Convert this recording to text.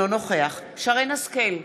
אינו נוכח שרן השכל,